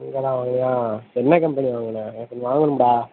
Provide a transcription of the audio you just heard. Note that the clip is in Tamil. இங்கேதான் வாங்குனியா என்ன கம்பெனி வாங்கின எனக்கு ஒன்று வாங்கணும்டா